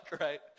right